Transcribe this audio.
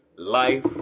Life